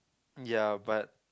ya but